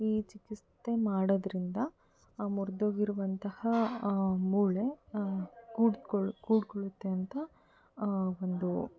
ಈ ಚಿಕಿತ್ಸೆ ಮಾಡೋದರಿಂದ ಮುರಿದೋಗಿರುವಂತಹ ಆ ಮೂಳೆ ಕೂಡ್ಕೊಳ್ಳೊ ಕೂಡ್ಕೊಳ್ಳುತ್ತೆ ಅಂತ ಒಂದು